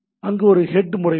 அங்கு ஒரு ஹெட் முறை உள்ளது